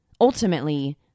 Ultimately